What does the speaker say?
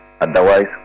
otherwise